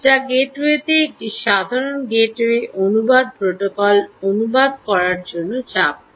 যা গেটওয়েতে একটি সাধারণ গেটওয়ে অনুবাদ প্রোটোকল অনুবাদ করার জন্য চাপ দেয়